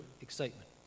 excitement